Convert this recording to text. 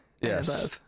Yes